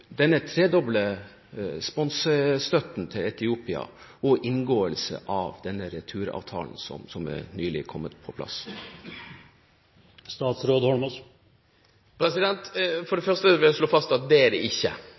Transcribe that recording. denne tredobbelte sponsestøtten til Etiopia og inngåelsen av den returavtalen som nylig er kommet på plass? For det første vil jeg slå fast at det er det ikke.